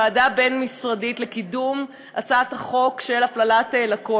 ועדה בין-משרדית לקידום הצעת החוק של הפללת לקוח.